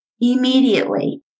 Immediately